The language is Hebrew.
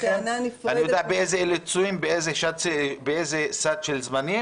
אני יודע באיזה אילוצים ואיזה סד זמנים